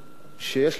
שיש להם say,